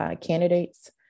candidates